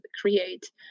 create